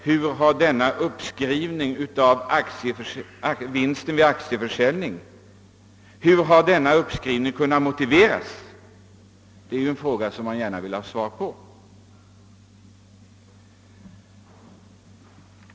Hur har denna uppskrivning av vinsten vid aktieförsäljningen kunnat motiveras? Det är en fråga som man gärna vill ha svar på.